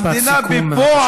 משפט סיכום, בבקשה.